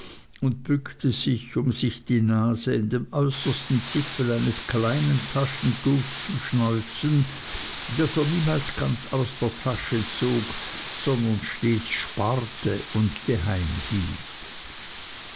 und bückte sich um sich die nase in dem äußersten zipfel eines kleinen taschentuchs zu schneuzen das er niemals ganz aus der tasche zog sondern stets sparte und geheim hielt